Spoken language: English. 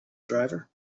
driver